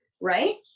right